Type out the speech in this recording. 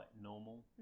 normal